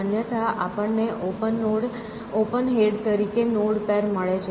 અન્યથા આપણને open head તરીકે નોડ પેર મળે છે